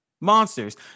Monsters